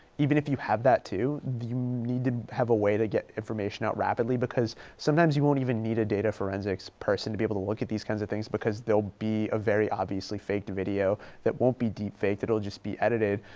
even if you have that too, the need to have a way to get information out rapidly because sometimes you won't even need a data forensics person to be able to look at these kinds of things because they'll be a very obviously fake video that won't be deep faked. it'll just be edited.